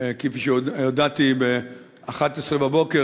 כפי שהודעתי ב-11:00,